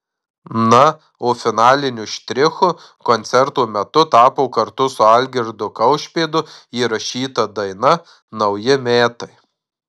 na o finaliniu štrichu koncerto metu tapo kartu su algirdu kaušpėdu įrašyta daina nauji metai